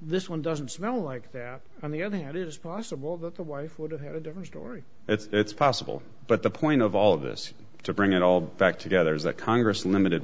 this one doesn't smell like that on the other hand it is possible that the wife would have had a different story it's possible but the point of all this to bring it all back together is that congress limited